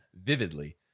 vividly